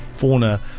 fauna